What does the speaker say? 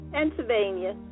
Pennsylvania